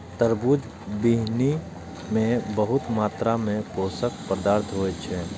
तरबूजक बीहनि मे बहुत मात्रा मे पोषक पदार्थ होइ छै